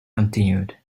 continued